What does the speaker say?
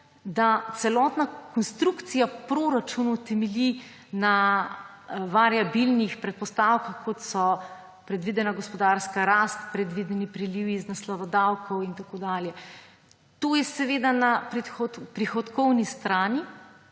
da celotna konstrukcija proračunov temelji na variabilnih predpostavkah, kot so predvidena gospodarska rast, predvideni prilivi iz naslova davkov in tako dalje. To je seveda na prihodkovni strani.